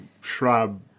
shrub